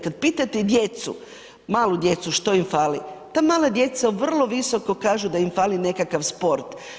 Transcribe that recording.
Kada pitate djecu, malu djecu što im fali, ta mala djeca vrlo visoko kažu da im fali nekakav sport.